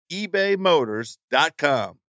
ebaymotors.com